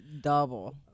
Double